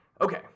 okay